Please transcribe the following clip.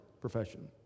profession